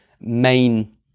main